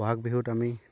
বহাগ বহুত আমি